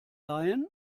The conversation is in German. leihen